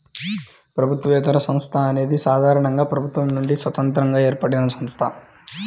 ప్రభుత్వేతర సంస్థ అనేది సాధారణంగా ప్రభుత్వం నుండి స్వతంత్రంగా ఏర్పడినసంస్థ